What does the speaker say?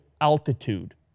altitude